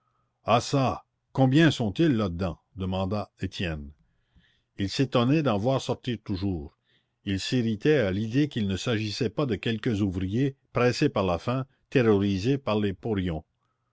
ah çà combien sont-ils là-dedans demanda étienne il s'étonnait d'en voir sortir toujours il s'irritait à l'idée qu'il ne s'agissait pas de quelques ouvriers pressés par la faim terrorisés par les porions